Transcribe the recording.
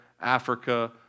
Africa